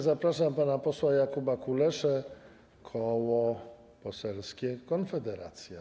Zapraszam pana posła Jakuba Kuleszę, Koło Poselskie Konfederacja.